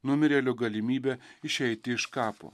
numirėlio galimybe išeiti iš kapo